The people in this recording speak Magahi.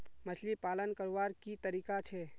मछली पालन करवार की तरीका छे?